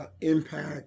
impact